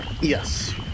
Yes